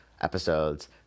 episodes